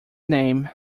name